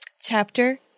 chapter